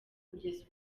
kugeza